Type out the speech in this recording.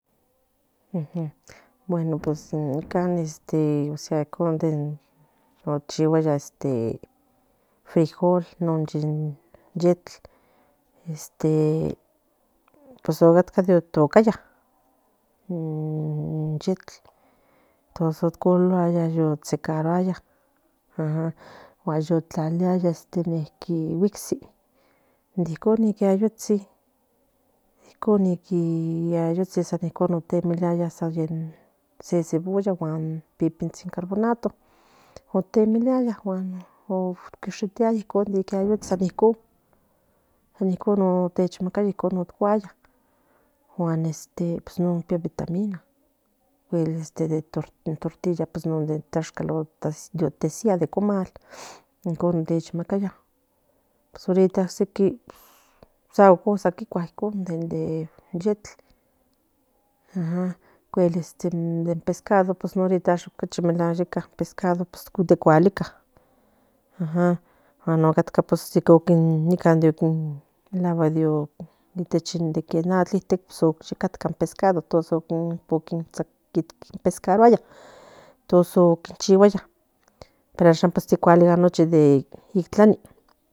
Bueno pues nican osea icon ichigua de frijol non yectl ocatca de tocaya in yectl entonces in tlololaya tlalia guistsi nincon ni ca ni ayoctsi pipitsin carbonato san nicon techmacaya pues in vitamina o cuel tortilla non de tlachkal me chomakaba pues horita sequi amo cosas kikuas in yectl ocuel un pescado de cualica guan otcatca melaguack de natl icte in pescado pescaruaya entons in nochi de itlani